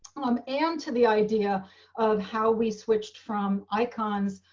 um and to the idea of how we switched from icons,